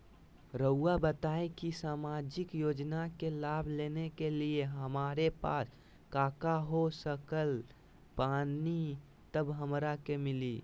रहुआ बताएं कि सामाजिक योजना के लाभ लेने के लिए हमारे पास काका हो सकल बानी तब हमरा के मिली?